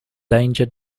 danger